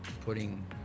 putting